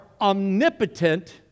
omnipotent